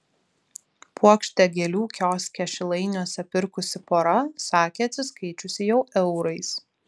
puokštę gėlių kioske šilainiuose pirkusi pora sakė atsiskaičiusi jau eurais